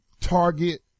target